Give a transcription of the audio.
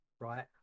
right